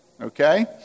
okay